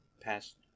past